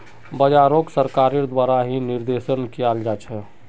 बाजारोक सरकारेर द्वारा ही निर्देशन कियाल जा छे